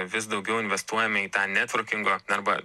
vis daugiau investuojame į tą netvorkingo arba